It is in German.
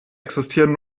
existieren